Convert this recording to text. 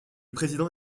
président